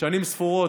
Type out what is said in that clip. שנים ספורות,